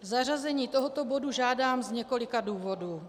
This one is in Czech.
Zařazení tohoto bodu žádám z několika důvodů.